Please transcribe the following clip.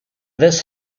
this